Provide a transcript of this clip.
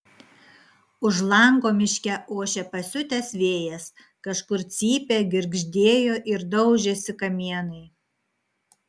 už lango miške ošė pasiutęs vėjas kažkur cypė girgždėjo ir daužėsi kamienai